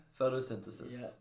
photosynthesis